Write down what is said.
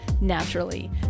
naturally